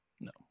No